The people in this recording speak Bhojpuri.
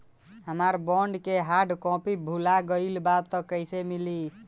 हमार बॉन्ड के हार्ड कॉपी भुला गएलबा त कैसे मिली?